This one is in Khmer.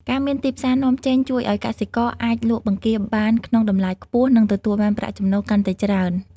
ការមានទីផ្សារនាំចេញជួយឲ្យកសិករអាចលក់បង្គាបានក្នុងតម្លៃខ្ពស់ និងទទួលបានប្រាក់ចំណូលកាន់តែច្រើន។